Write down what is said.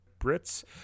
Brits